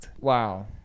Wow